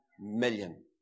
million